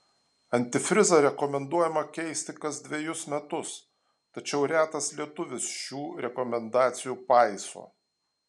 antifrizą rekomenduojama keisti kas dvejus metus tačiau retas lietuvis šių rekomendacijų paiso